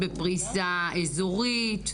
בפריסה אזורית?